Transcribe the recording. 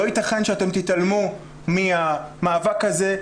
לא ייתכן שאתם תתעלמו מהמאבק הזה,